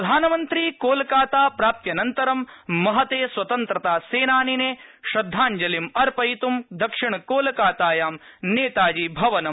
प्रधानमन्त्री कोलकाता प्राप्त्यनन्तरं महते स्वतन्त्रता सेनानिने श्रद्धाव्जलिम् अर्पयित् दक्षिणकोलकातायां नेताजीभवनं यात